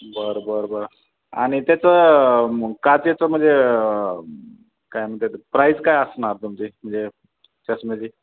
बरं बरं बरं आणि त्याचं काचेचं म्हणजे काय म्हणते प्राईस काय असणार तुमची म्हणजे चष्मेची